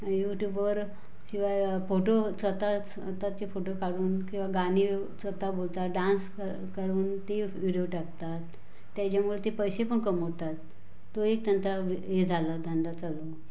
यूट्युबवर शिवाय फोटो स्वतःच स्वतःचे फोटो काढून किवा गाणे स्वतः बोलतात डान्स कर करून ते विडिओ टाकतात त्याच्यामुळं ते पैसे पण कमवतात तो एक त्यांचा व हे झाला धंदा चालू